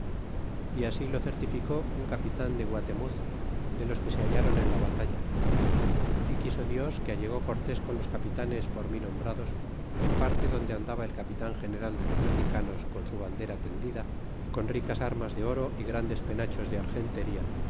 y asi lo certificó un capitan de guatemuz de los que se hallaron en la batalla y quiso dios que allegó cortés con los capitanes por mi nombrados en parte donde andaba el capitan general de los mexicanos con su bandera tendida con ricas armas de oro y grandes penachos de argentería y